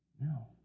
No